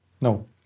No